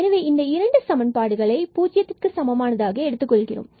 எனவே இந்த இரண்டு சமன்பாடுகளை 0 சமமானதாக எடுத்துக்கொள்கிறோம்